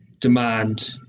demand